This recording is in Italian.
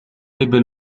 ebbe